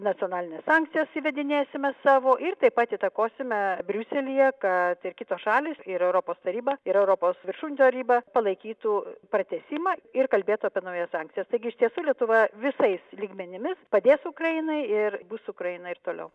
nacionalines sankcijas įvedinėsime savo ir taip pat įtakosime briuselyje kad ir kitos šalys ir europos taryba ir europos viršūnių taryba palaikytų pratęsimą ir kalbėtų apie naujas sankcijas taigi iš tiesų lietuva visais lygmenimis padės ukrainai ir bus ukraina ir toliau